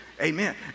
Amen